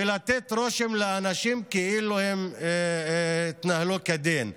ולתת רושם לאנשים כאילו הם התנהלו כדין.